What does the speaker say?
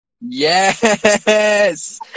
Yes